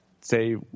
say